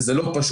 וזה לא פשוט.